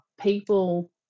people